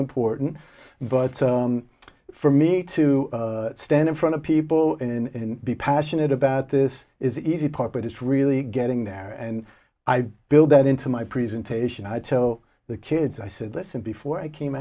important but for me to stand in front of people in be passionate about this is the easy part but it's really getting there and i build that into my presentation i tell the kids i said listen before i came